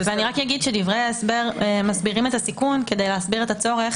אני רק אגיד שדברי ההסבר מסבירים את הסיכון כדי להסביר את הצורך